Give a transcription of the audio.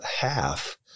half